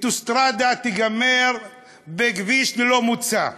האוטוסטרדה תיגמר בכביש ללא מוצא,